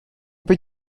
peut